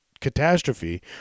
catastrophe